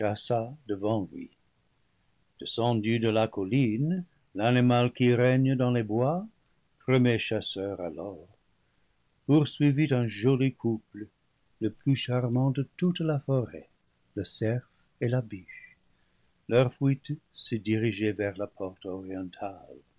devant lui descendu de la colline l'animal qui règne dans les bois premier chasseur alors poursuivit un joli couple le plus charmant de toute la forêt le cerf et la biche leur fuite se dirigeait vers la porte orientale